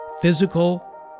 physical